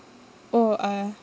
oh uh